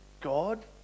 God